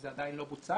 זה עדיין לא בוצע